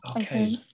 Okay